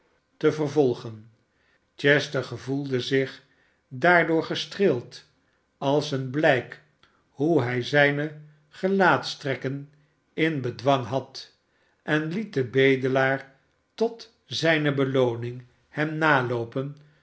te volgen chester gevoelde zich daardoor gestreeld als een blijk hoe hij zijne gelaatstrekken in bedwang had en liet den bedelaar tot zijne belooning hem naloopen